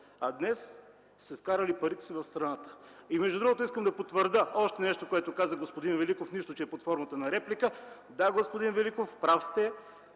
а днес са вкарали парите си в страната. Между другото, искам да потвърдя още нещо, което каза господин Великов, нищо, че е под формата на реплика: да, господин Великов, прав сте,